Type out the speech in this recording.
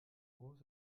groß